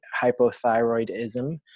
hypothyroidism